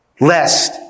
lest